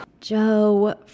joe